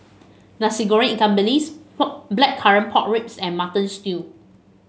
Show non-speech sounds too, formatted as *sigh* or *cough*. Nasi Goreng Ikan Bilis *unintelligible* Blackcurrant Pork Ribs and Mutton Stew